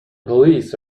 police